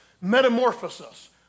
Metamorphosis